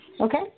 okay